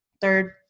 third